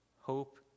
hope